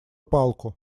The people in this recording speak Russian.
палку